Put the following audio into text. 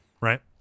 Right